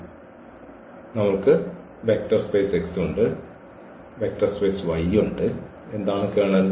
അതിനാൽ നമ്മൾക്ക് ഈ വെക്റ്റർ സ്പേസ് X ഉണ്ട് നമ്മൾക്ക് ഈ വെക്റ്റർ സ്പേസ് Y ഉണ്ട് എന്താണ് കേർണൽ